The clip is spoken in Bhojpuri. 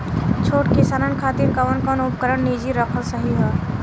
छोट किसानन खातिन कवन कवन उपकरण निजी रखल सही ह?